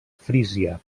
frísia